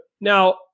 now